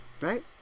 right